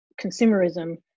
consumerism